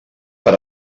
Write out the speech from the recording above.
per